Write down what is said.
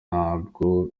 ntabwo